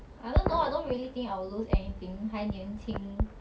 I don't know I don't really think I will lose anything 还年轻